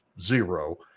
zero